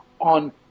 on